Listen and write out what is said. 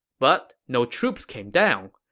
but no troops came down.